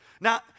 Now